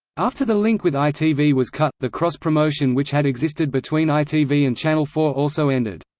after the link with itv was cut, the cross-promotion which had existed between itv and channel four also ended.